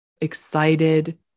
excited